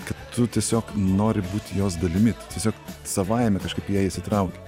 kad tu tiesiog nori būti jos dalimi tu tiesiog savaime kažkaip į ją įsitrauki